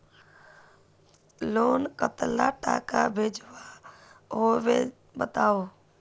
Loan कतला टाका भेजुआ होबे बताउ?